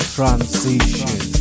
Transition